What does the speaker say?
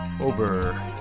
over